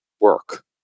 work